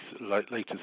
latest